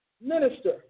Minister